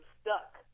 stuck